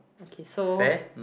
okay so